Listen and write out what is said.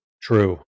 True